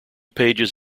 pages